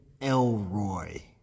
Elroy